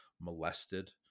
molested